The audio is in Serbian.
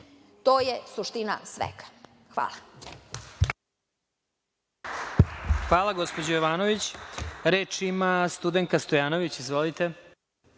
to je suština svega. Hvala.